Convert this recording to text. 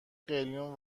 قلیون